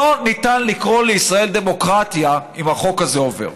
אי-אפשר לקרוא לישראל דמוקרטיה אם החוק הזה עובר.